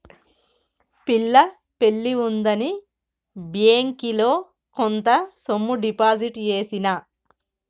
పిల్ల పెళ్లి ఉందని బ్యేంకిలో కొంత సొమ్ము డిపాజిట్ చేసిన